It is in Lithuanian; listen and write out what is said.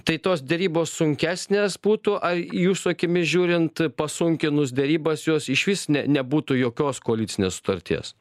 tai tos derybos sunkesnės būtų ar jūsų akimis žiūrint pasunkinus derybas jos išvis ne nebūtų jokios koalicinės sutarties